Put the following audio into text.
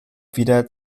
wieder